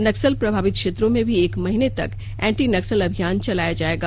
नक्सल प्रभावित क्षेत्रों में भी एक महीने तक एंटी नक्सल अभियान चलाया जाएगा